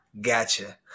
gotcha